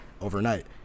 Overnight